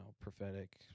prophetic